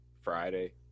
Friday